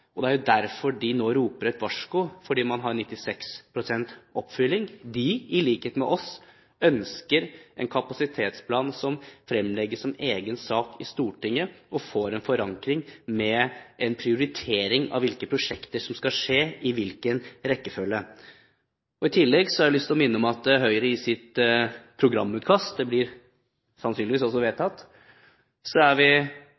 roper et varsko fordi man har 96 pst. oppfylling. De, i likhet med oss, ønsker en kapasitetsplan som fremlegges som egen sak for Stortinget og får en forankring med en prioritering av hvilke prosjekter som skal startes i hvilken rekkefølge. I tillegg har jeg lyst til å minne om at Høyre i sitt programutkast – det blir sannsynligvis også vedtatt – ønsker at man bruker Nav mer i norske fengsler, det har vi